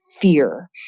fear